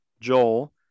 Joel